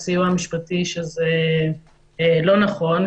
הסיוע המשפטי, שזה לא נכון.